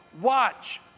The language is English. Watch